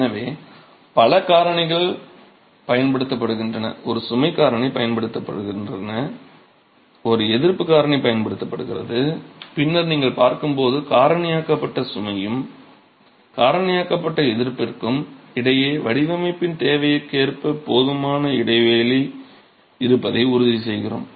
எனவே பல காரணிகள் பயன்படுத்தப்படுகின்றன ஒரு சுமை காரணி பயன்படுத்தப்படுகிறது ஒரு எதிர்ப்புக் காரணி பயன்படுத்தப்படுகிறது பின்னர் நீங்கள் பார்க்கும்போது காரணியாக்கப்பட்ட சுமைக்கும் காரணியாக்கப்பட்ட எதிர்ப்பிற்கும் இடையே வடிவமைப்பின் தேவைக்கேற்ப போதுமான இடைவெளி இருப்பதை உறுதிசெய்கிறோம்